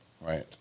right